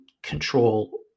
control